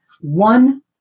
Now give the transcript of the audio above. one